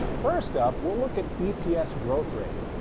first up, we'll look at eps growth rate.